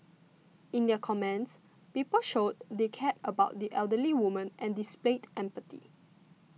in their comments people showed they cared about the elderly woman and displayed empathy